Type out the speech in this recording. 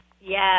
yes